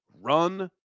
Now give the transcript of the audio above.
run